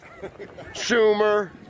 Schumer